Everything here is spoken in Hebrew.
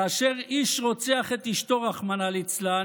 כאשר איש רוצח את אשתו, רחמנא ליצלן,